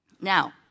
Now